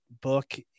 book